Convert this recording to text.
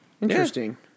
Interesting